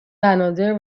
بنادر